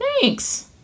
Thanks